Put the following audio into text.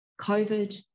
COVID